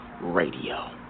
Radio